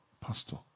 Pastor